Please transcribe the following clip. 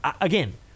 again